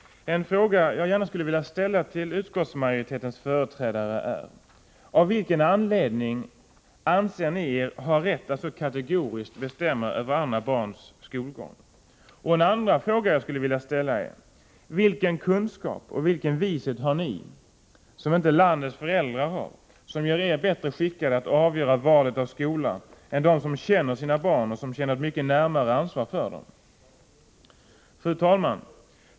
En fråga som jag gärna skulle vilja ställa till utskottsmajoritetens företrädare är: Av vilken anledning anser ni er ha rätt att så kategoriskt som här sker bestämma över andra barns skolgång? En andra fråga som jag skulle vilja ställa är: Vilken kunskap och vishet har ni, som inte landets föräldrar har och som gör er bättre skickade att avgöra valet av skola än de har som känner sina barn och som känner ett mycket större ansvar för dem? Fru talman!